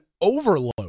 overload